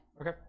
Okay